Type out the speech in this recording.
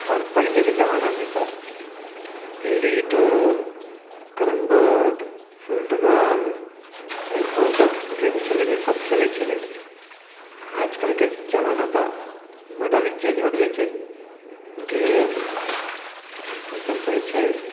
आओर पहलेके जमानामे सभ लुडो कैरम बोर्ड फुटबोल बहुत सभ गेम छेलै जाहि सभ खेलै छेलै आजकलके जमाना तऽ मॉडल ही चेञ्ज हो गेल छै गेम आओर की सभ कहै छै